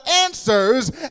answers